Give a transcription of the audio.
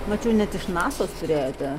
mačiau net iš naftos turėjote